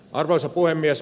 arvoisa puhemies